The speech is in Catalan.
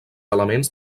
elements